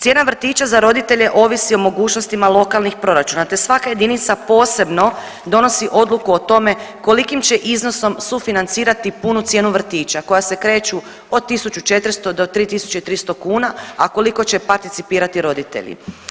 Cijena vrtića za roditelje ovisi o mogućnostima lokalnih proračuna, te svaka jedinica posebno donosi odluka o tome kolikim će iznosom sufinancirati punu cijenu vrtića koja se kreću od 1.400 do 3.300 kuna, a koliko će participirati roditelji.